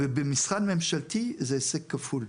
ובמשרד ממשלתי זה הישג כפול.